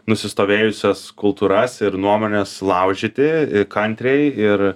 nusistovėjusias kultūras ir nuomones laužyti kantriai ir